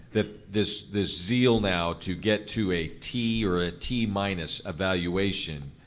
that this this zeal now to get to a t or a t minus evaluation,